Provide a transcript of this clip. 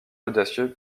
audacieux